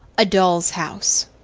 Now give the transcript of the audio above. a doll's house,